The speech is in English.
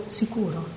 sicuro